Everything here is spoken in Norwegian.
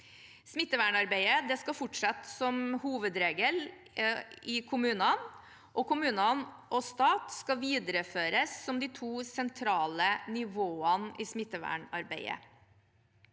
Smittevernarbeidet skal fortsatt som hovedregel skje i kommunene, og kommune og stat skal videreføres som de to sentrale nivåene i smittevernarbeidet.